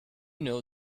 know